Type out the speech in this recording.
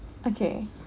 okay